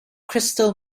crystal